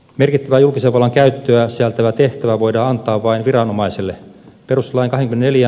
merkittävää julkisen vallan käyttöä sisältävä tehtävä voidaan antaa vain viranomaiselle